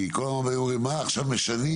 כי כל הזמן היו אומרים לי: עכשיו משנים,